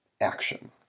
action